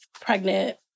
pregnant